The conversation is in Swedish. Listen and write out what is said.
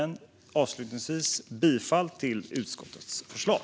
Jag yrkar bifall till utskottets förslag.